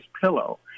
pillow